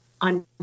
on